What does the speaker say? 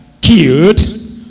killed